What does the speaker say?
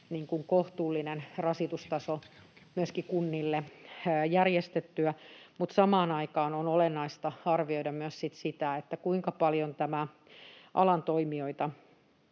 kohtuullinen rasitustaso myöskin kunnille järjestettyä, mutta samaan aikaan on olennaista arvioida myös sitten sitä, kuinka paljon tämä alan toimijoita